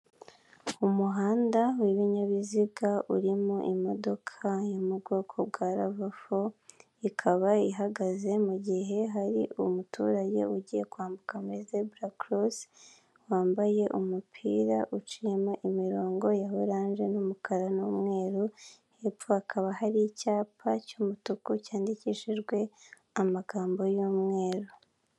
Umuhanda w'ibinyabiziga urimo imodoka yo mu bwoko bwa rava fo, ikaba ihagaze mu gihe hari umuturage ugiye kwambuka muri zebura korosi, wambaye umupira uciyemo imirongo ya oranje n'umukara n'umweru, hepfo hakaba hari icyapa cy'umutuku cyandikishijwe amagambo y'umweru.